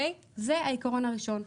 זה העיקרון הראשון.